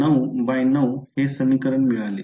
मला 9 बाय 9 हे समीकरण मिळेल